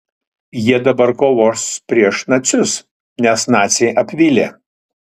jie dabar kovos prieš nacius nes naciai apvylė